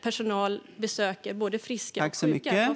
Personal besöker ju både friska och sjuka.